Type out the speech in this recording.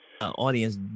audience